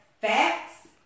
facts